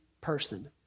person